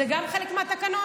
זה גם חלק מהתקנון?